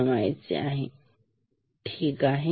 ठीक आहे